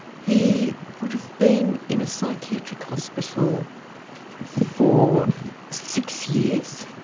he would've been in a psychiatric hospital for six years.